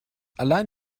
allein